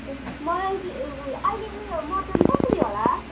ए मलाई उ अहिले उयो मटन कसरी होला